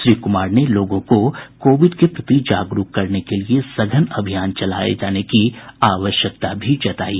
श्री कुमार ने लोगों को कोविड के प्रति जागरूक करने के लिए सघन अभियान चलाये जाने की आवश्यकता भी जतायी